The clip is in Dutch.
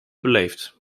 beleefd